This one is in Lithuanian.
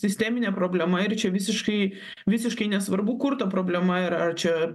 sisteminė problema ir čia visiškai visiškai nesvarbu kur ta problema ir ar čia